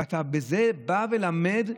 ואתה בזה בא ולמד?